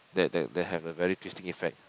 that that that have a very twisting effect